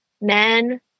men